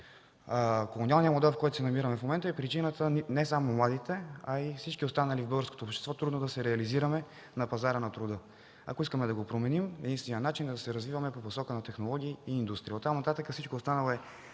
Колониалният модел, в който се намираме в момента, е причината не само младите, а и всички останали в българското общество трудно да се реализираме на пазара на труда. Ако искаме да го променим, единственият начин е да се развиваме по посока на технологии и индустрия. Всичко останало е